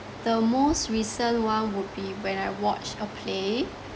the most recent one would be when I watch a play